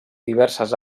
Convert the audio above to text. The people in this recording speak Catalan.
diverses